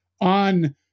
on